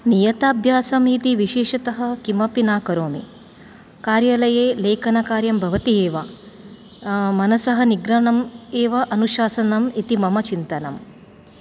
नियताभ्यासमिति विशेषतः किमपि न करोमि कार्यालये लेखनकार्यं भवति एव मनसः निग्रहणम् एव अनुशासनम् इति मम चिन्तनम्